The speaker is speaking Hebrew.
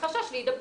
מחשש להידבקות.